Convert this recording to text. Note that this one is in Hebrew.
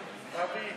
נתקבלה.